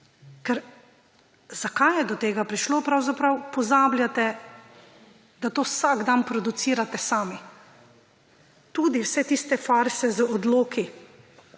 ne. Zakaj je do tega prišlo? Pravzaprav pozabljate, da to vsak dan producirate sami. Tudi vse tiste farse z odloki,